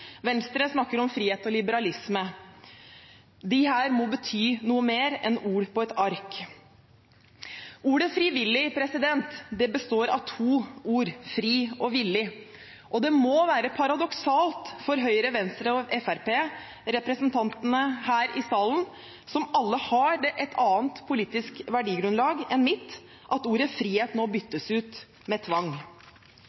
Venstre snakker om frihet og liberalisme. Dette må bety noe mer enn ord på et ark. Ordet «frivillig» består av to ord, «fri» og «villig». Det må være paradoksalt for Høyre-representantene, Venstre-representantene og Fremskrittsparti-representantene her i salen – som alle har et annet politisk verdigrunnlag enn jeg – at ordet «frihet» nå